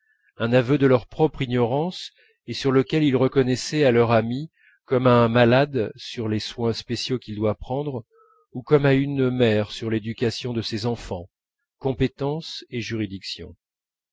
un aveu de leur propre ignorance et sur lequel ils reconnaissaient à leur amie comme à un malade sur les soins spéciaux qu'il doit prendre ou comme à une mère sur l'éducation de ses enfants compétence et juridiction